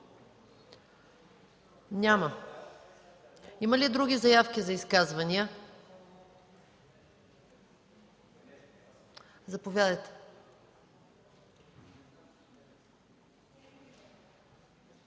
Няма. Има ли други заявки за изказвания? Заповядайте.